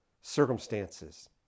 circumstances